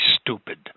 stupid